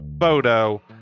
photo